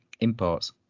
imports